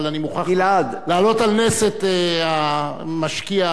להעלות על נס את המשקיע רון לאודר,